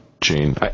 Gene